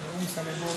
מוותר.